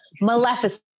maleficent